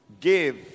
Give